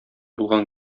булган